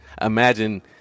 imagine